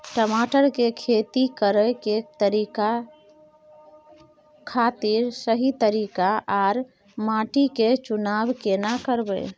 टमाटर की खेती करै के खातिर सही तरीका आर माटी के चुनाव केना करबै?